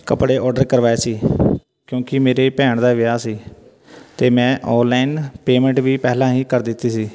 ਕੱਪੜੇ ਔਡਰ ਕਰਵਾਏ ਸੀ ਕਿਉਂਕਿ ਮੇਰੇ ਭੈਣ ਦਾ ਵਿਆਹ ਸੀ ਅਤੇ ਮੈਂ ਔਨਲਾਈਨ ਪੇਮੈਂਟ ਵੀ ਪਹਿਲਾਂ ਹੀ ਕਰ ਦਿੱਤੀ ਸੀ